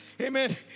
Amen